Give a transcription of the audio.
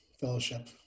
fellowship